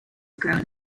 grown